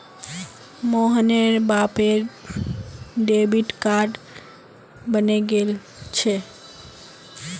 मोहनेर बापेर debit card बने गेल छे